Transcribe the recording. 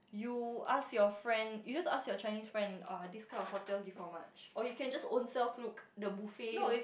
you ask your friend you just ask your Chinese friend uh this kind of hotel give how much or you can just own self look the buffet